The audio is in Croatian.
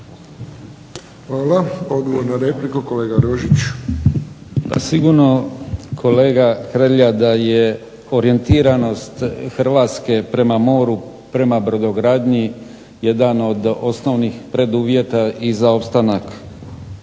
Hvala. Odgovor na repliku kolega Rožić. **Rožić, Vedran (HDZ)** Pa sigurno kolega Hrelja da je orijentiranost HRvatske prema moru prema brodogradnji jedan od osnovnih preduvjeta i za opstanak